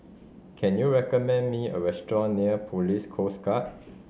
can you recommend me a restaurant near Police Coast Guard